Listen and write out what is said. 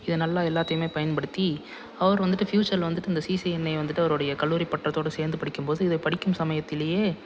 இது நல்லா எல்லாத்தையுமே பயன்படுத்தி அவர் வந்துட்டு ஃப்யூச்சரில் வந்துட்டு இந்த சிசிஎன்ஏ வந்துட்டு அவருடைய கல்லூரி பட்டத்தோடு சேர்ந்து படிக்கும்போது இதை படிக்கும் சமயத்திலேயே